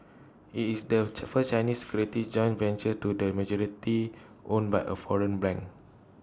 IT is the first Chinese securities joint venture to the majority owned by A foreign bank